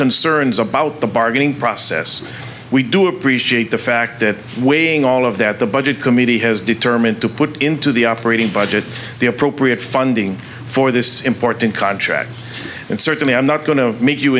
concerns about the bargaining process we do appreciate the fact that weighing all of that the budget committee has determined to put into the operating budget the appropriate funding for this important contract and certainly i'm not going to make you